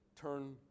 Turn